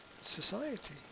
society